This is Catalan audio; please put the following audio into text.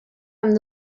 amb